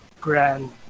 grand